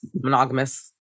monogamous